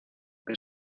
que